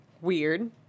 Weird